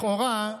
לכאורה,